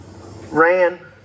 ran